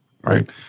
right